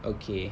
okay